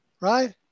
right